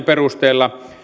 perusteella